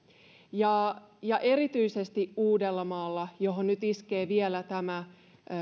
ja ja erityisesti uudellamaalla johon nyt iskee vielä tämä